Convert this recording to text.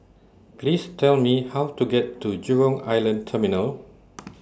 Please Tell Me How to get to Jurong Island Terminal